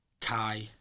Kai